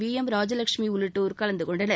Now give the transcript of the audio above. we M Rajalakshmi உள்ளிட்டோர் கலந்து கொண்டனர்